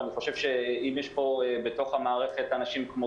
אני חושב שאם יש פה בתוך המערכת אנשים כמו